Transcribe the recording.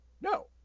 No